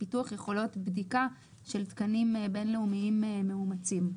פיתוח יכולות בדיקה של תקנים בין-לאומיים מאומצים.